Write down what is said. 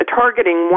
targeting